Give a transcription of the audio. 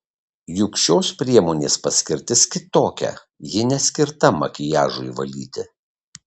juk šios priemonės paskirtis kitokia ji neskirta makiažui valyti